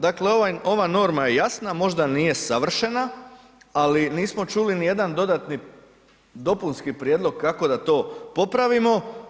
Dakle ova norma je jasna, možda nije savršena ali nismo čuli ni jedan dodatni, dopunski prijedlog kako da to popravimo.